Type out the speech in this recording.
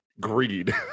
greed